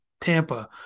Tampa